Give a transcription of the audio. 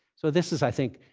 so this is, i think,